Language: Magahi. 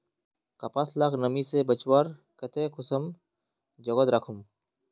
कपास लाक नमी से बचवार केते कुंसम जोगोत राखुम?